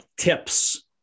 tips